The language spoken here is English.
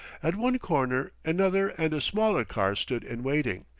at one corner another and a smaller car stood in waiting,